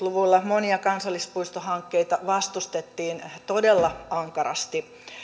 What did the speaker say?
luvuilla monia kansallispuistohankkeita vastustettiin todella ankarasti